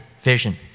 vision